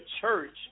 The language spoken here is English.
church